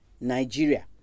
Nigeria